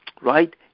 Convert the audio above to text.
right